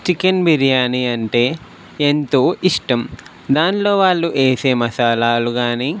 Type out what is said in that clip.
chicken biryani అంటే ఎంతో ఇష్టం దానిలో వాళ్ళు వేసే మసాలాలు గానీ